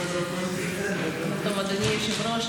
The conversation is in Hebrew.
אדוני היושב-ראש,